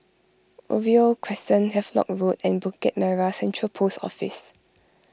Oriole Crescent Havelock Road and Bukit Merah Central Post Office